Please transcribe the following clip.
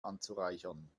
anzureichern